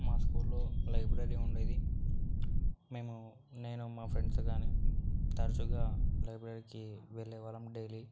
మా స్కూల్లో లైబ్రరీ ఉండేది మేము నేను మా ఫ్రెండ్స్ కానీ తరచుగా లైబ్రరీకి వెళ్ళే వాళ్ళం డైలీ